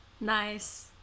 Nice